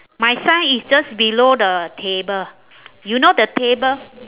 my sign is just below the table you know the table